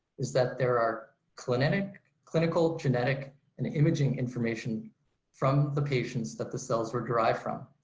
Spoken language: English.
is that there are clinical clinical genetic and imaging information from the patients that the cells were derived from,